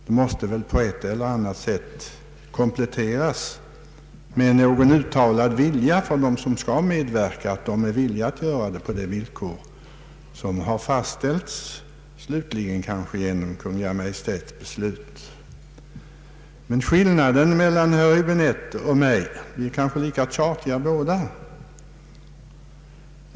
Det måste väl bli en komplettering med något uttalande från dem som skall medverka, att de är villiga att göra det på de villkor som slutligen fastställs genom Kungl. Maj:ts beslut. Men skillnaden mellan herr Häbinette och mig — vi är kanske båda lika tjatiga!